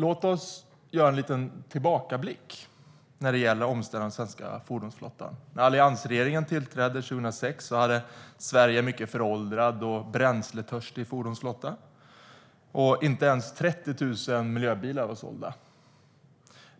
Låt oss göra en liten tillbakablick när det gäller omställningen av den svenska fordonsflottan. När alliansregeringen tillträdde 2006 hade Sverige en mycket föråldrad och bränsletörstig fordonsflotta, och inte ens 30 000 miljöbilar var sålda.